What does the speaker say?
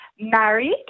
married